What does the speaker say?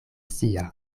sia